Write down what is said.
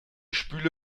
spüle